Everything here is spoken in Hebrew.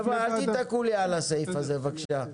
אל תתקעו על הסעיף הזה בבקשה.